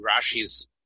Rashi's